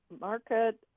market